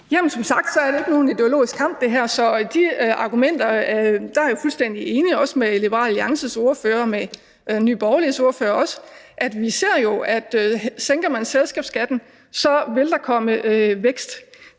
(RV): Som sagt er det her ikke nogen ideologisk kamp, så de argumenter er jeg fuldstændig enig i, også med Liberal Alliances ordfører og med Nye Borgerliges ordfører. Vi ser jo, at sænker man selskabsskatten, vil der komme vækst.